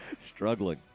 struggling